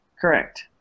correct